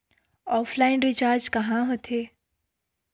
Offline recharge कहां होथे?